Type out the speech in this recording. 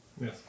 Yes